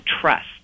trust